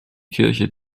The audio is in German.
kirche